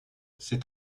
c’est